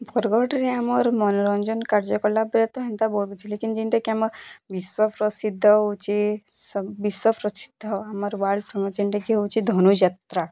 ବରଗଡ଼ରେ ଆମର ମନୋରଞ୍ଜନ୍ କାର୍ଯ୍ୟକଲାପ ବେଲେ ତ ହେନ୍ତା ବହୁତ୍ କିଛି ଲେକିନ୍ ଯେନ୍ଟା କି ଆମର୍ ବିଶ୍ୱ ପ୍ରସିଦ୍ଧ୍ ହେଉଛି ବିଶ୍ୱ ପ୍ରସିଦ୍ଧ ଆମର୍ ୱାଲର୍ଡ଼୍ ଫେମସ୍ ଯେନ୍ଟା କି ହେଉଛି ଧନୁଯାତ୍ରା